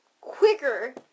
quicker